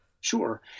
Sure